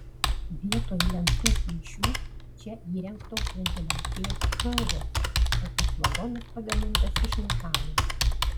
vietoj lentų plyšių čia įrengtos ventiliacijos angos o pats vagonas pagamintas iš metalo